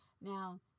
now